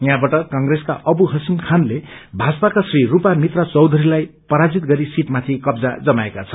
याहाँबाट कंग्रेसका अबू हासिम खानले भाजपका श्री रूपा मित्रा चौधरीलाई पराजित गरी सीटमाथि कब्जा जमाएका छन्